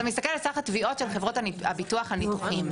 אתה מסתכל על סך התביעות של חברות הביטוח על ניתוחים,